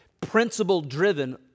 principle-driven